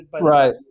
right